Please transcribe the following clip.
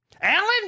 Alan